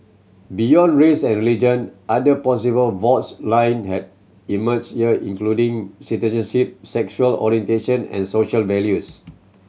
beyond race and religion other possible faults line have emerged including citizenship sexual orientation and social values